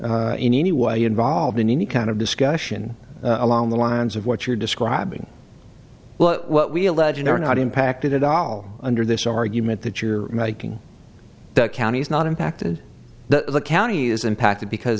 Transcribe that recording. in any way involved in any kind of discussion along the lines of what you're describing well what we allege and are not impacted a dollar under this argument that you're making the county is not impacted the county is impacted because